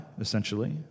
essentially